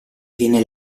viene